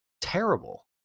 terrible